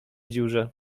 dziurze